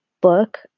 book